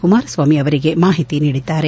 ಕುಮಾರಸ್ವಾಮಿ ಅವರಿಗೆ ಮಾಹಿತಿ ನೀಡಿದ್ದಾರೆ